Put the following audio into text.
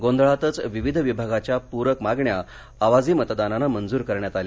गोंधळातच विविध विभागांच्या पूरक मागण्या आवाजी मतदानानं मंजूर करण्यात आल्या